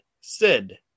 Sid